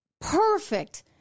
perfect